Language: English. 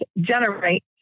generate